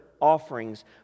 offerings